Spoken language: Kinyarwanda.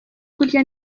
kurya